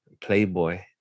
Playboy